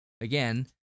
again